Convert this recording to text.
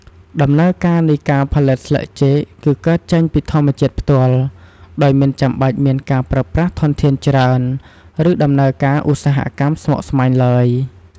ដំណើរការនៃការផលិតស្លឹកចេកគឺកើតចេញពី ធម្មជាតិផ្ទាល់ ដោយមិនចាំបាច់មានការប្រើប្រាស់ធនធានច្រើន ឬដំណើរការឧស្សាហកម្មស្មុគស្មាញឡើយ។